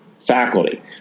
faculty